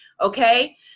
okay